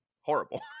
horrible